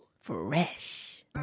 Fresh